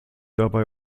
dabei